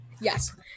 Yes